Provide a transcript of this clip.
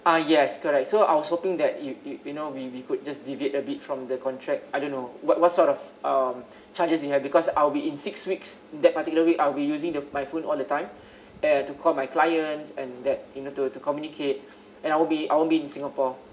ah yes correct so I was hoping that you you you know we we could just deviate a bit from the contract I don't know what what sort of um charges you have because I'll be in six weeks in that particularly week I'll be using the my phone all the time yeah to call my clients and that you know to to communicate and I won't be I won't be in singapore